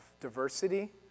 diversity